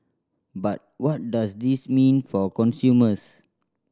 but what does this mean for consumers